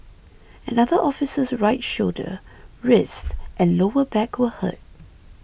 another officer's right shoulder wrist and lower back were hurt